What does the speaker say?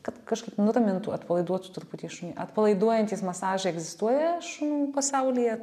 kad kažkaip nuramintų atpalaiduotų truputį šunį atpalaiduojantys masažai egzistuoja šunų pasaulyje